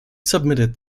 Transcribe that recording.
submitted